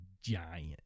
giant